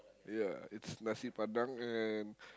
ya it's nasi padang and